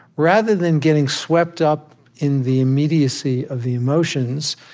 rather than getting swept up in the immediacy of the emotions,